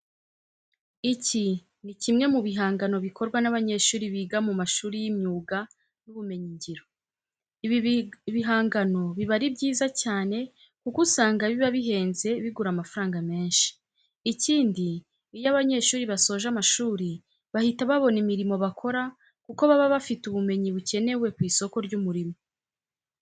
Iki ni kimwe mu bihangano bikorwa n'abanyeshuri biga mu mashuri y'imyuga n'ubumenyingiro. Ibi bigangano biba ari byiza cyane kuko usanga biba bihenze bigura amafaranga menshi. Ikindi iyo aba banyeshuri basoje amashuri bahita babona imirimo bakora kuko baba bafite ubumenyi bukenewe ku isoko ry'umurimo.